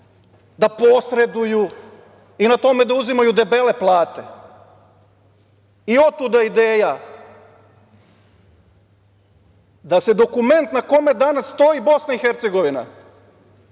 da posreduju i na tome da uzimaju debele plate. Otuda ideja da se dokument na kome danas stoji BiH